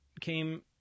came